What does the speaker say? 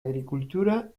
agricultura